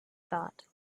thought